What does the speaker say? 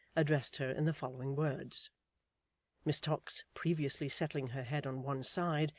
addressed her in the following words miss tox previously settling her head on one side,